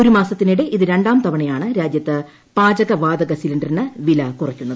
ഒരു മാസത്തിനിടെ ഇത് രണ്ടാം തവണയാണ് രാജ്യത്ത് പാചകവാതക സിലിണ്ടറിന് വില കുറയ്ക്കുന്നത്